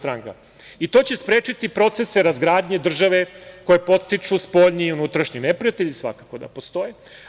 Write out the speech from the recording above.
To će sprečiti procese razgradnje države koje podstiču spoljni i unutrašnji neprijatelji, svakako da postoje.